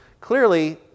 clearly